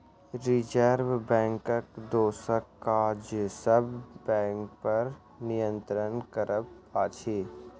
reserve बैंकक दोसर काज सब बैंकपर नियंत्रण करब अछि